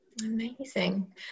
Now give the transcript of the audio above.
Amazing